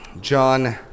John